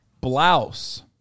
Blouse